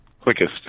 quickest